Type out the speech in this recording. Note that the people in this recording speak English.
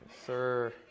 sir